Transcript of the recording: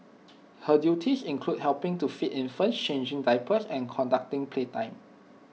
her duties included helping to feed infants changing diapers and conducting playtime